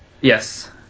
Yes